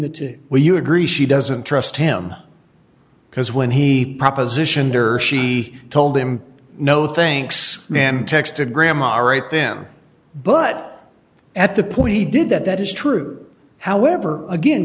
the two where you agree she doesn't trust him because when he propositioned there she told him no thinks man texted grandma write them but at the point he did that that is true however again